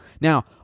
Now